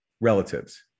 relatives